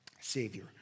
savior